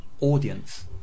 audience